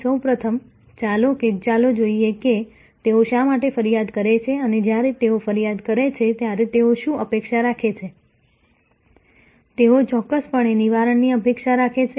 સૌ પ્રથમ ચાલો જોઈએ કે તેઓ શા માટે ફરિયાદ કરે છે અને જ્યારે તેઓ ફરિયાદ કરે છે ત્યારે તેઓ શું અપેક્ષા રાખે છે તેઓ ચોક્કસપણે નિવારણની અપેક્ષા રાખે છે